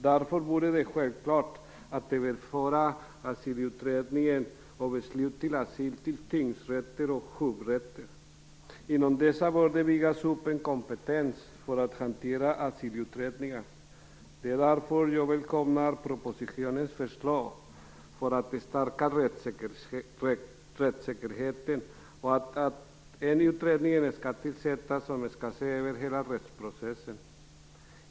Därför vore det självklart att överföra asylutredningar och beslut om asyl till tingsrätter och hovrätter. Inom dessa bör det byggas upp en kompetens för hantering av asylutredningar. Det är därför som jag välkomnar propositionens förslag om att stärka rättssäkerheten och att en utredning skall tillsättas som skall se över hela rättsprocessen.